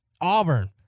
Auburn